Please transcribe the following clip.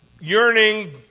yearning